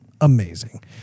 amazing